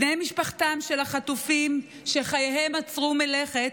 בני משפחתם של החטופים, שחייהם עצרו מלכת,